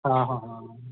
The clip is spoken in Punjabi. ਹਾਂ ਹਾਂ ਹਾਂ